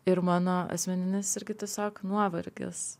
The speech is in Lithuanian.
ir mano asmeninis irgi tiesiog nuovargis